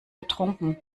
getrunken